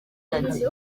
yagize